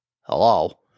Hello